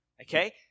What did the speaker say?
okay